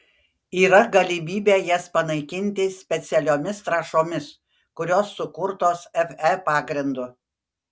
yra galimybė jas panaikinti specialiomis trąšomis kurios sukurtos fe pagrindu